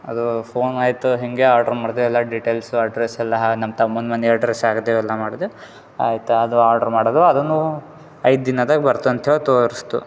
ಅದೂ ಫೋನ್ ಆಯ್ತು ಹಿಂಗೆ ಆರ್ಡ್ರು ಮಾಡಿದೆ ಎಲ್ಲ ಡೀಟೇಲ್ಸ್ ಅಡ್ರೆಸ್ ಎಲ್ಲಾ ನಮ್ಮ ತಮ್ಮನ ಮನೆ ಅಡ್ರೆಸ್ ಹಾಕ್ದೆ ಎಲ್ಲ ಮಾಡಿದೆ ಆಯಿತು ಅದು ಆರ್ಡ್ರು ಮಾಡೋದು ಅದನ್ನು ಐದು ದಿನದಾಗ ಬರ್ತಾ ಅಂತೇಳಿ ತೋರಿಸ್ತು